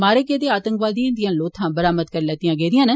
मारे गेदे आतंकवादिए दियां लोथां बरामद करी लैतियां गेदियां न